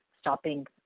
stopping